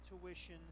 tuition